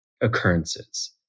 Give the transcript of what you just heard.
occurrences